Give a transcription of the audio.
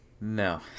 No